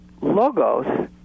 logos